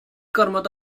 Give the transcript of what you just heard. gormod